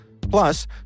Plus